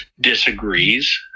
disagrees